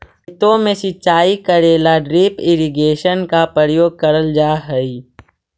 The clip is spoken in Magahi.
खेतों में सिंचाई करे ला ड्रिप इरिगेशन का प्रयोग करल जा हई